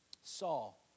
Saul